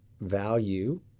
value